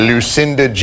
Lucinda